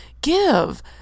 give